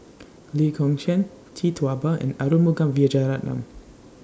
Lee Kong Chian Tee Tua Ba and Arumugam Vijiaratnam